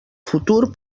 futur